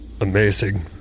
Amazing